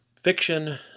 Fiction